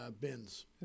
bins